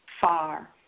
far